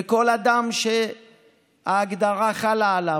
וכל אדם שההגדרה חלה עליו,